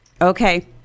Okay